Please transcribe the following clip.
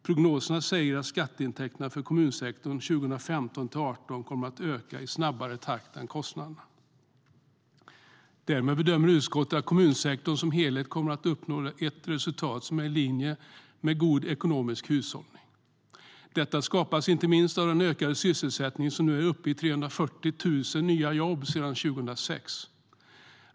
Prognoserna säger att skatteintäkterna för kommunsektorn 2015 till 2018 kommer att öka snabbare än kostnaderna. Därmed bedömer utskottet att kommunsektorn som helhet kommer att uppnå ett resultat som är i linje med god ekonomisk hushållning. Detta skapas inte minst av den ökade sysselsättningen som nu är uppe i 340 000 nya jobb sedan 2006.